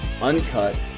uncut